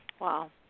wow